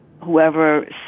whoever